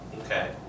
Okay